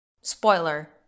Spoiler